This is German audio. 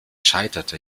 scheiterte